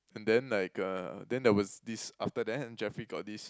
and then like uh then there was this after that then Jeffrey got this